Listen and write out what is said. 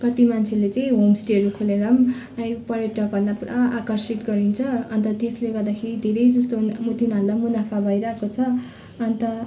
कति मान्छेहरूले चाहिँ होमस्टेहरू खोलेर पर्यटकहरूलाई पुरा आकर्षित गरिन्छ अन्त त्यसले गर्दाखेरि धेरै जस्तो तिनाहरूलाई मुनाफा भइरहेको छ अन्त